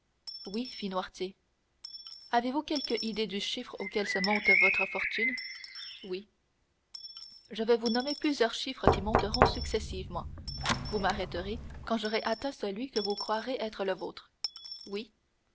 oui fit noirtier avez-vous quelque idée du chiffre auquel se monte votre fortune oui je vais vous nommer plusieurs chiffres qui monteront successivement vous m'arrêterez quand j'aurai atteint celui que vous croirez être le vôtre oui